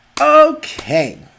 Okay